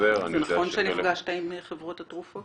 בחוזר --- זה נכון שנפגשת עם חברות התרופות?